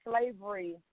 slavery